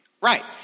Right